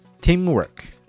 Teamwork